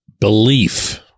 belief